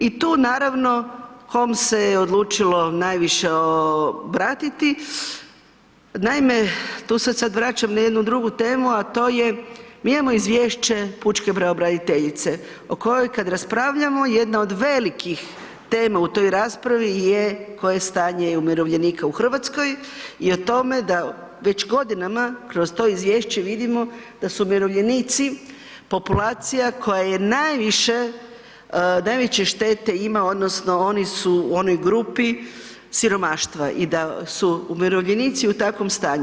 I tu naravno, kom se je odlučilo najviše obratiti, naime, tu se sad vraćam na jednu drugu temu, a to je, mi imamo izvješće pučke pravobraniteljice o kojoj kad raspravljamo, jedna od velikih tema u toj raspravi je koje je stanje umirovljenika u Hrvatskoj i o tome da već godinama kroz izvješće vidimo da su umirovljenici populacija koja je najviše najveće štete ima odnosno oni su u onoj grupi siromaštva i da su umirovljenici u takvom stanju.